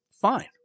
Fine